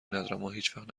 نذر، اماهیچوقت